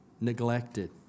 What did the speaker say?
neglected